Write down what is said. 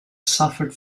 suffered